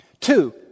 Two